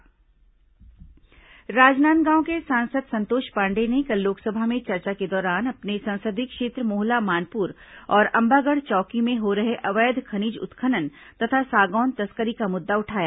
अवैध खनन रेललाइन लोकसभा राजनांदगांव के सांसद संतोष पांडेय ने कल लोकसभा में चर्चा के दौरान अपने संसदीय क्षेत्र मोहला मानपुर और अंबागढ़ चौकी में हो रहे अवैध खनिज उत्खनन तथा सागौन तस्करी का मुद्दा उठाया